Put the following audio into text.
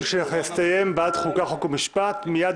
הישיבה ננעלה בשעה 10:15.